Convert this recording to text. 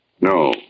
No